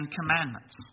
Commandments